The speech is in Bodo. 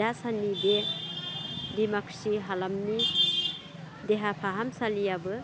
दा साननि बे डिमाकुसिनि हालामनि देहा फाहामसालियाबो